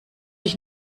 ich